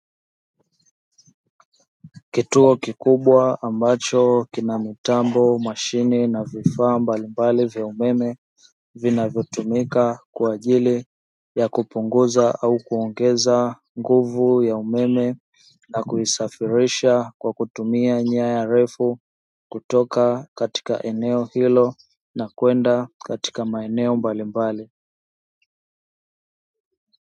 Kituo kikubwa ambacho kina mitambo, mashine na vifaa mbalimbali vya umeme vinavyotumika kwa ajili ya kupunguza au kuongeza nguvu ya umeme, na kuisafirisha kwa kutumia nyaya refu kutoka katika eneo hilo na kwenda katika maeneo mbalimbali.